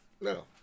No